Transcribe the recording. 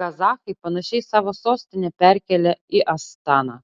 kazachai panašiai savo sostinę perkėlė į astaną